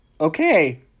okay